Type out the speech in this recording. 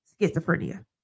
schizophrenia